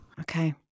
Okay